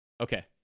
Okay